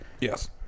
Yes